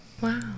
Wow